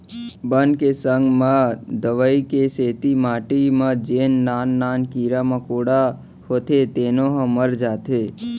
बन के संग म दवई के सेती माटी म जेन नान नान कीरा मकोड़ा होथे तेनो ह मर जाथें